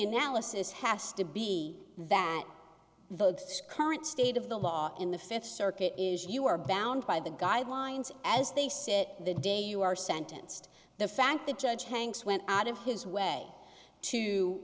analysis has to be that votes current state of the law in the fifth circuit is you are bound by the guidelines as they sit the day you are sentenced the fact the judge hanks went out of his way to